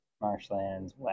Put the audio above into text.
marshlands